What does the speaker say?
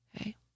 okay